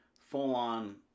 full-on